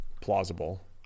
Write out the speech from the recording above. plausible